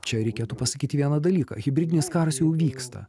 čia reikėtų pasakyti vieną dalyką hibridinis karas jau vyksta